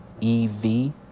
E-V